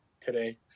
Today